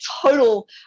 total